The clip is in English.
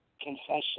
confession